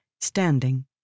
standing